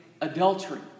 adultery